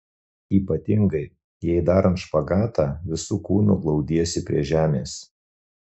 ypatingai jei darant špagatą visu kūnu glaudiesi prie žemės